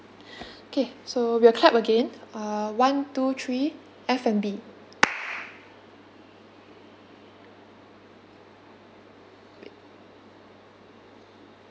okay so we'll clap again uh one two three F&B